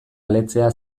aletzea